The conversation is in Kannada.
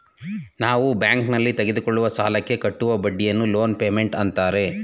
ನಾವು ಬ್ಯಾಂಕ್ನಲ್ಲಿ ತೆಗೆದುಕೊಳ್ಳುವ ಸಾಲಕ್ಕೆ ಕಟ್ಟುವ ಬಡ್ಡಿಯನ್ನು ಲೋನ್ ಪೇಮೆಂಟ್ ಅಂತಾರೆ